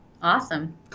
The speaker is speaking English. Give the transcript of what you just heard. Awesome